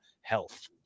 health